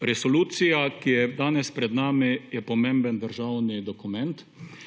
Resolucija, ki je danes pred nami, je pomemben državni dokument